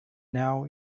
now